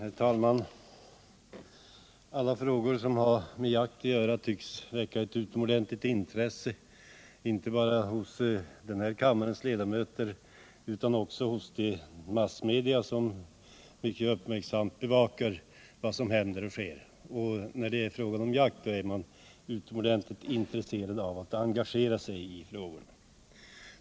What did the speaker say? Herr talman! Alla frågor som har med jakt att göra tycks väcka ett utomordentligt intresse, inte bara hos den här kammarens ledamöter utan också hos de massmedia som mycket uppmärksamt bevakar vad som händer och sker. När det är fråga om jakt är man utomordentligt intresserad av att engagera sig i frågorna.